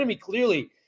clearly